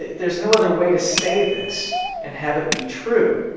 there's no other way to say this and have it be true.